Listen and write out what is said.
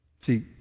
See